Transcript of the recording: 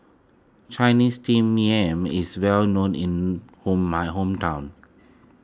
Chinese Steamed Yam is well known in home my hometown